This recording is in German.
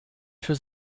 für